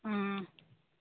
অঁ